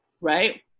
right